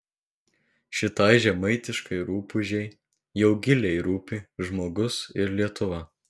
šitai žemaitiškai rupūžei jau giliai rūpi žmogus ir lietuva